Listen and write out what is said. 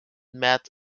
matt